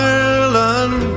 Ireland